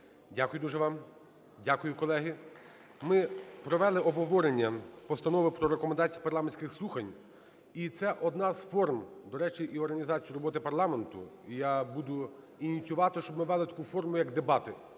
Дякую дуже вам. Дякую, колеги. Ми провели обговорення Постанови про Рекомендації парламентських слухань. І це одна з форм, до речі, і організації роботи парламенту. Я буду ініціювати, щоб ми ввели таку форму як дебати